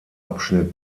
abschnitt